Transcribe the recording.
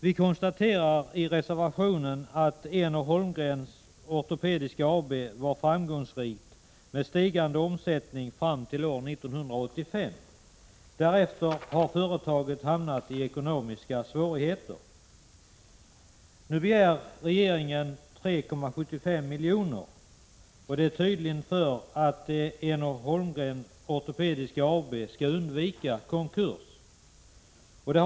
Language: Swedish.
Vi konstaterar i reservationen att Een-Holmgren Ortopediska AB var framgångsrikt med stigande omsättning fram till år 1985. Därefter har företaget hamnat i ekonomiska svårigheter. Nu begär regeringen 3,75 milj.kr. tydligen för att Een-Holmgren Ortopediska AB skall undvika konkurs.